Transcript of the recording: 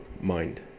mind